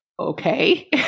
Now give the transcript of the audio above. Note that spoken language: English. Okay